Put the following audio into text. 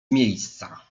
miejsca